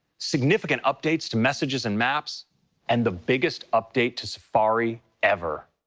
significant updates to messages and maps and the biggest update to safari ever.